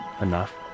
enough